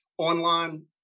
online